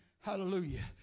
Hallelujah